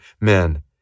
men